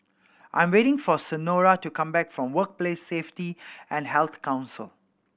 I am waiting for Senora to come back from Workplace Safety and Health Council